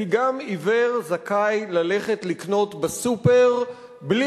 כי גם עיוור זכאי ללכת לקנות בסופר בלי